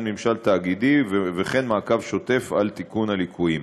ממשל תאגידי וכן מעקב שוטף על תיקון הליקויים.